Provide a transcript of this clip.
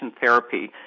therapy